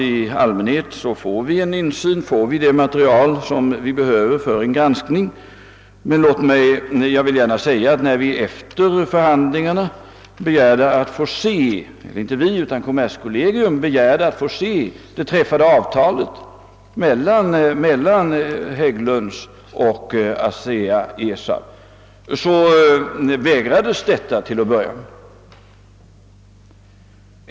I allmänhet får vi insyn — det material som behövs för en granskning ställs till förfogande. Men när kommerskollegium efter de i detta fall aktuella förhandlingarna begärde att få ta del av det mellan Hägglund & Söner å ena sidan och ASEA-ESAB å andra sidan träffade avtalet så vägrade man till en början att lämna ut avtalet.